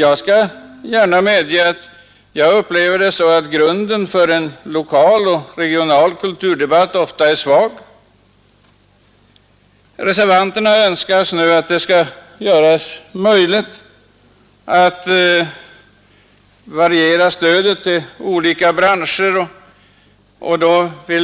Jag upplever det så, det medger jag gärna, att grunden för en lokal och regional kulturdebatt ofta är svag. Reservanterna vill att stödet till olika branscher skall